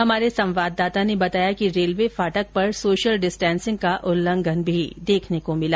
हमारे संवाददाता ने बताया कि रेलवे फाटक पर सोशल डिस्टेंसिंग का उल्लंघन भी देखने को मिला